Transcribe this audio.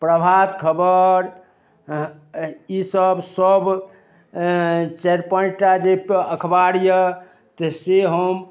प्रभात खबर ई सब सब चारि पाँचटा जे अखबार यऽ तऽ से हम